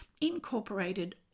incorporated